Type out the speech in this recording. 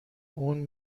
اون